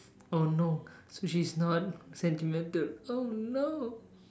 oh no so she's not sentimental oh no